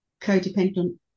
codependent